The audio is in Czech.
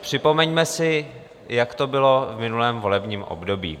Připomeňme si, jak to bylo v minulém volebním období.